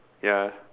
ya